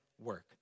work